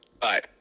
Bye